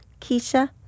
Keisha